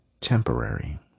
temporary